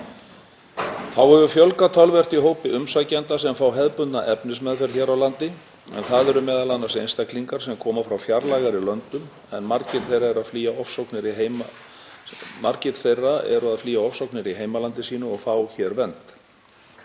Þá hefur fjölgað töluvert í hópi umsækjenda sem fá hefðbundna efnismeðferð hér á landi en það eru m.a. einstaklingar sem koma frá fjarlægari löndum en margir þeirra eru að flýja ofsóknir í heimalandi sínu og fá hér vernd.